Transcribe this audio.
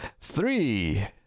Three